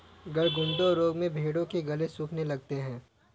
गलघोंटू रोग में भेंड़ों के गले सूखने लगते हैं